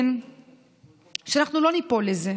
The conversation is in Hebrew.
לקחו אותם לתחנות הסגר,